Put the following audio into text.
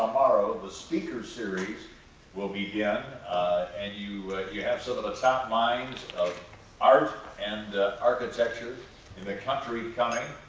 the speaker series will begin, and you you have some of the top minds of art and architecture in the country coming.